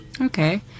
Okay